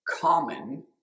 common